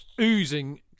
oozing